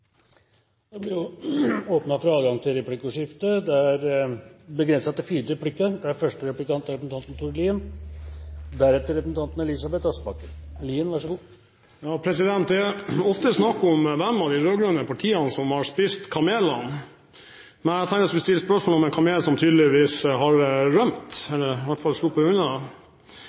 Det blir replikkordskifte. Det er ofte snakk om hvilket av de rød-grønne partiene som har spist kamelene. Men jeg tenkte jeg skulle stille spørsmål om en kamel som tydeligvis har rømt, i hvert fall